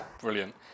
Brilliant